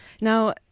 Now